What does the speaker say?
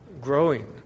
growing